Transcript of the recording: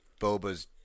Boba's